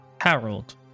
Harold